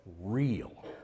real